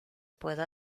puedo